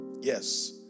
Yes